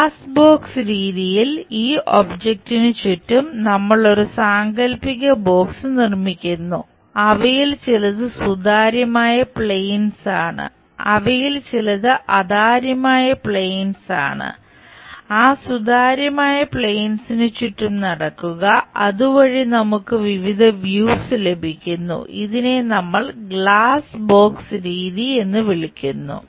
glass box രീതിയിൽ ഈ ഒബ്ജക്റ്റിന് ചുറ്റും നമ്മൾ ഒരു സാങ്കൽപ്പിക ബോക്സ് നിർമ്മിക്കുന്നു അവയിൽ ചിലത് സുതാര്യമായ പ്ലെയിൻസ് ചുറ്റും നടക്കുക അതുവഴി നമുക്ക് വിവിധ വ്യൂസ് ലഭിക്കുന്നു ഇതിനെ നമ്മൾ ഗ്ലാസ് ബോക്സ് രീതി എന്ന് വിളിക്കുന്നു